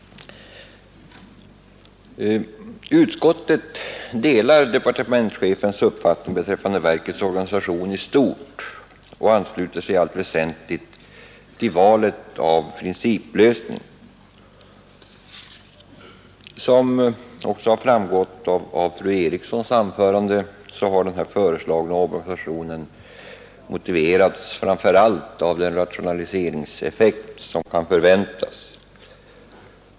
Utskottet delar i stort departementschefens uppfattning beträffande verkets organisation och ansluter sig i allt väsentligt till valet av principlösning. Som också framgått av fru Erikssons i Stockholm anförande har den föreslagna omorganisationen motiverats framför allt av den rationaliseringseffekt som kan förväntas.